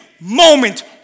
moment